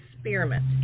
experiment